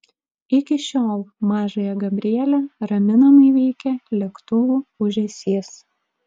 iki šiol mažąją gabrielę raminamai veikia lėktuvų ūžesys